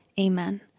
Amen